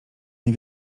nie